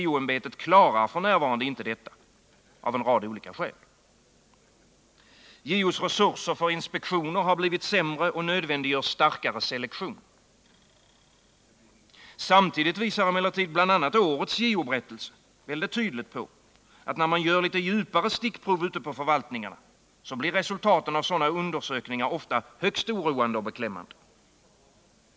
JO-ämbetet klarar f. n. inte detta, av en rad olika skäl JO:s resurser för inspektioner har blivit sämre och nödvändiggör starkare selektion. Samtidigt visar emellertid bl.a. årets JO:s ämbetsberättelse på att när man gör litet djupare stickprov ute på förvaltningarna, blir resultaten av sådana undersökningar ofta högst oroande och beklämmande.